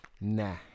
Nah